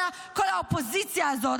כל האופוזיציה הזאת,